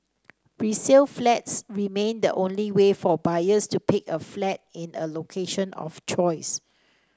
resale flats remain the only way for buyers to pick a flat in a location of choice